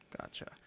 Gotcha